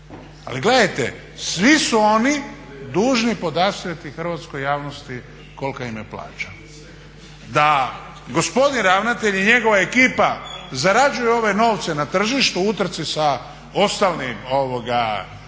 Ali gledajte, svi su oni dužni podastrijeti hrvatskoj javnosti kolika im je plaća. Da gospodin ravnatelj i njegova ekipa zarađuju ove novce na tržištu, u utrci sa ostalim